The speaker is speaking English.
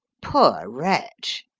poor wretch!